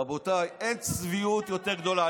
רבותיי, אין צביעות יותר גדולה.